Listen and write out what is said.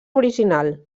original